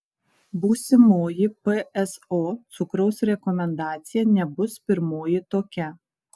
būsimoji pso cukraus rekomendacija nebus pirmoji tokia